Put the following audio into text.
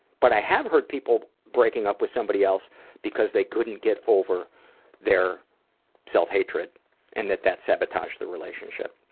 but i have heard people breaking up with somebody else because they couldn't get over their self-hatred. and that that sabotaged the relationship.